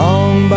Long